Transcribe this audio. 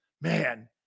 man